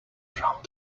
around